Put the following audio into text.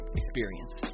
experience